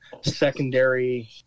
secondary